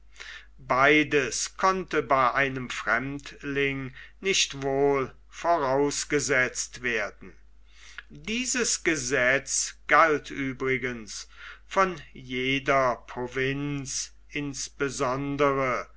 beides konnte bei einem fremdling nicht wohl vorausgesetzt werden dieses gesetz galt übrigens von jeder provinz insbesondere